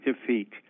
defeat